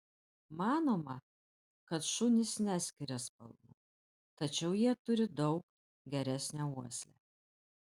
manoma kad šunys neskiria spalvų tačiau jie turi daug geresnę uoslę